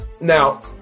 Now